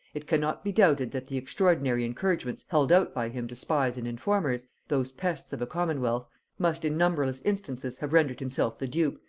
it cannot be doubted that the extraordinary encouragements held out by him to spies and informers those pests of a commonwealth must in numberless instances have rendered himself the dupe,